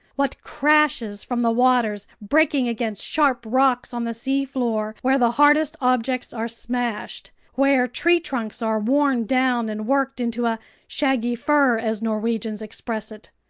what crashes from the waters breaking against sharp rocks on the seafloor, where the hardest objects are smashed, where tree trunks are worn down and worked into a shaggy fur, as norwegians express it!